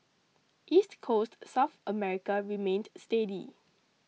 East Coast South America remained steady